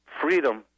freedom